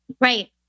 Right